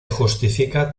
justifica